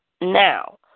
now